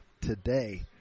today